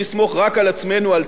על צה"ל ועל זרועות הביטחון.